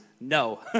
No